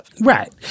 right